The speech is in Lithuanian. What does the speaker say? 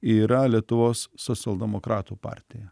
yra lietuvos socialdemokratų partija